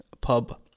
pub